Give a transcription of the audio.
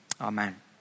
amen